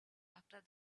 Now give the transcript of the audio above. after